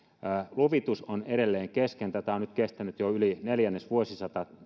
luvitus on edelleen kesken tätä epätietoisuutta on nyt kestänyt jo yli neljännesvuosisata